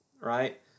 right